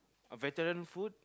vegetarian food